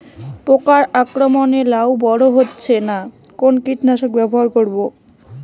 পোকার আক্রমণ এ লাউ বড় হচ্ছে না কোন কীটনাশক ব্যবহার করব?